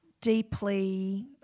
deeply